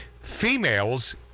Females